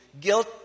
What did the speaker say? guilt